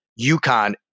UConn